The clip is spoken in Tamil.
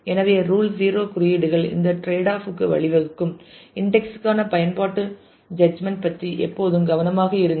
எனவே ரூல் 0 குறியீடுகள் இந்த டிரேட் ஆப்க்கு வழிவகுக்கும் இன்டெக்ஸ் க்கான பயன்பாட்டு ஜட்ஜ்மென்ட் பற்றி எப்போதும் கவனமாக இருங்கள்